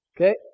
Okay